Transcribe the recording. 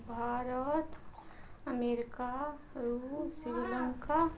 Bharat America रूस श्रीलंका